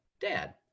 dad